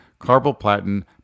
carboplatin